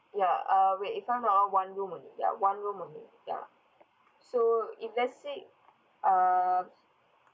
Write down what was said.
ya uh wait if I'm not wrong one room only ya one room only ya so if let's say um